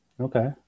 Okay